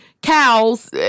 cows